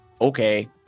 okay